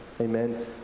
Amen